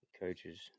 coaches